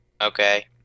Okay